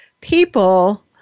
people